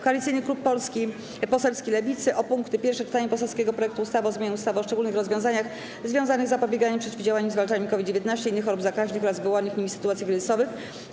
Koalicyjny Klub Poselski Lewicy o punkty: - Pierwsze czytanie poselskiego projektu ustawy o zmianie ustawy o szczególnych rozwiązaniach związanych z zapobieganiem, przeciwdziałaniem i zwalczaniem COVID-19, innych chorób zakaźnych oraz wywołanych nimi sytuacji kryzysowych,